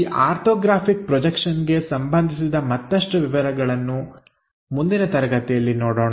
ಈ ಆರ್ಥೋಗ್ರಾಫಿಕ್ ಪ್ರೋಜಕ್ಷನ್ಗೆ ಸಂಭಂದಿಸಿದ ಮತ್ತಷ್ಟು ವಿವರಗಳನ್ನು ಮುಂದಿನ ತರಗತಿಯಲ್ಲಿ ನೋಡೋಣ